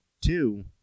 Two